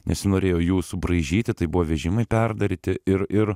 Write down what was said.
nesinorėjo jų subraižyti tai buvo vežimai perdaryti ir ir